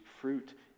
fruit